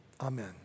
Amen